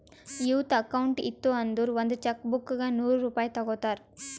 youth account ಇತ್ತು ಅಂದುರ್ ಒಂದ್ ಚೆಕ್ ಬುಕ್ಗ ನೂರ್ ರೂಪೆ ತಗೋತಾರ್